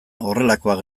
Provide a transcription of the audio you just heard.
horrelakoak